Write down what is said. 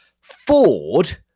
Ford